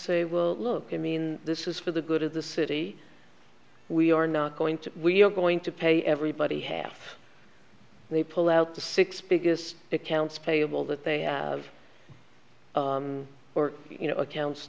say well look i mean this is for the good of the city we are not going to we're going to pay everybody half they pull out the six biggest accounts payable that they have or you know accounts